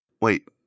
Wait